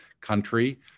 country